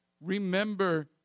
remember